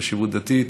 חשיבות דתית.